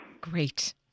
Great